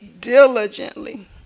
diligently